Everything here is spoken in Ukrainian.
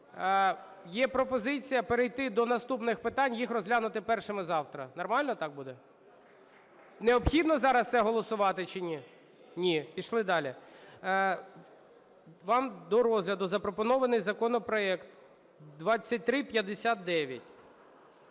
Є пропозиція перейти до наступних питань, їх розглянути першими завтра. Нормально так буде? Необхідно зараз це голосувати чи ні? Ні. Пішли далі. Вам до розгляду запропонований законопроект 2359.